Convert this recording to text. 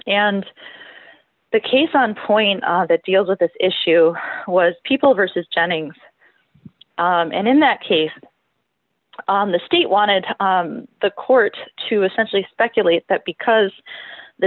and the case on point that deals with this issue was people versus jennings and in that case on the state wanted the court to essentially speculate that because the